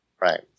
Right